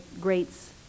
Great's